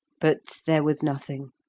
but there was nothing,